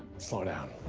slow down.